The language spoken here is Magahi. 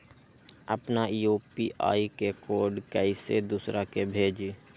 अपना यू.पी.आई के कोड कईसे दूसरा के भेजी?